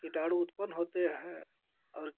किटाणु उत्पन्न होते हैं और